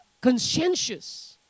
conscientious